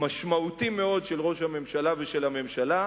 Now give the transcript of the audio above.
משמעותי מאוד של ראש הממשלה ושל הממשלה,